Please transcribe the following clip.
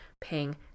paying